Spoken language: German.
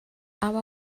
aber